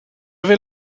vais